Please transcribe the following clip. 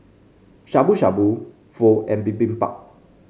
Shabu Shabu Pho and Bibimbap